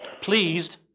pleased